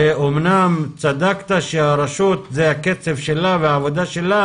אמנם צדקת שהרשות זה הקצב שלה והעבודה שלה